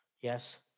yes